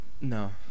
No